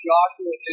Joshua